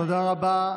תודה רבה.